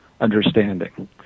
understanding